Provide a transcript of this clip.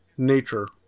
Nature